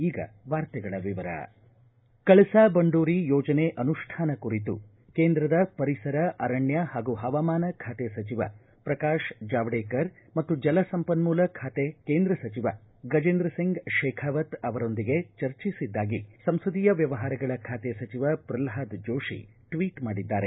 ಈಗ ವಾರ್ತೆಗಳ ವಿವರ ಕಳಸಾ ಬಂಡೂರಿ ಯೋಜನೆ ಅನುಷ್ಠಾನ ಕುರಿತು ಕೇಂದ್ರದ ಪರಿಸರ ಅರಣ್ಯ ಹಾಗೂ ಹವಾಮಾನ ಖಾತೆ ಸಚಿವ ಪ್ರಕಾಶ್ ಜಾವ್ನೇಕರ್ ಮತ್ತು ಜಲ ಸಂಪನ್ಮೂಲ ಖಾತೆ ಕೇಂದ್ರ ಸಚಿವ ಗಜೇಂದ್ರಸಿಂಗ್ ಕೇಖಾವತ್ ಅವರೊಂದಿಗೆ ಚರ್ಚಿಸಿದ್ದಾಗಿ ಸಂಸದೀಯ ವ್ಯವಹಾರಗಳ ಖಾತೆ ಸಚಿವ ಶ್ರಲ್ಹಾದ ಜೋಶಿ ಟ್ವೀಟ್ ಮಾಡಿದ್ದಾರೆ